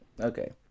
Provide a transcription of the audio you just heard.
Okay